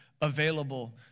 available